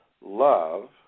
love